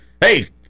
hey